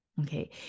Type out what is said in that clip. Okay